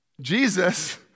Jesus